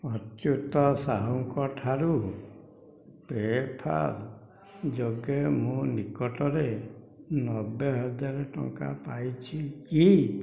ଅଚ୍ୟୁତ ସାହୁଙ୍କଠାରୁ ପେପାଲ୍ ଯୋଗେ ମୁଁ ନିକଟରେ ନବେ ହଜାର ଟଙ୍କା ପାଇଛି କି